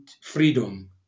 freedom